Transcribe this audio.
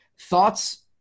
thoughts